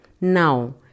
Now